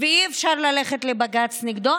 ואי-אפשר ללכת לבג"ץ נגדו,